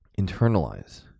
internalize